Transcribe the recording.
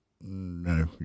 No